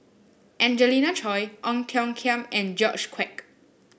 Angelina Choy Ong Tiong Khiam and George Quek